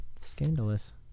scandalous